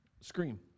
Scream